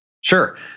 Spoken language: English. Sure